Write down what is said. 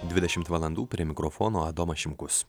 dvidešimt valandų prie mikrofono adomas šimkus